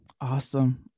Awesome